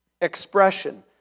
expression